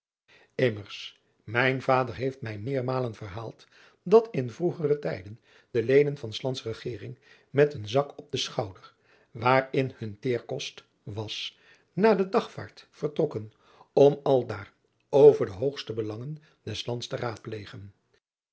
mmers mijn vader heeft mij meermalen verhaald dat in vroegere tijden de leden van s lands regering met een zak op den schouder waarin hun teerkost was naar de dagvaart vertrokken om aldaar over de hoogste belangen des lands te raadplegen